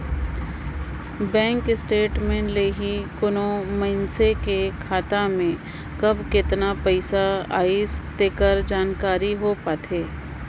bank statement ले ही कोनो मइसने के खाता में कब केतना पइसा आइस तेकर जानकारी हो पाथे